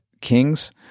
kings